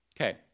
Okay